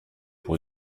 pour